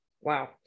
wow